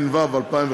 הצבעה.